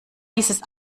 dieses